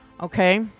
Okay